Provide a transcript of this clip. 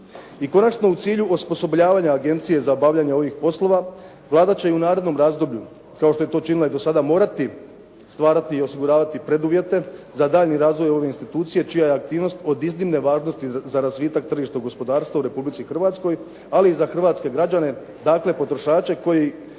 I konačno, u cilju osposobljavanja agencije za obavljanje ovih poslova Vlada će i u narednom razdoblju kao što je to činila i do sada, morati stvarati i osiguravati preduvjete za daljnji razvoj ove institucije čija je aktivnost od iznimne važnosti za razvitak tržišnog gospodarstva u Republici Hrvatskoj, ali i za hrvatske građane dakle potrošače koji